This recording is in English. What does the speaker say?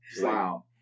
wow